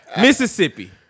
Mississippi